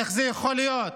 איך זה יכול להיות?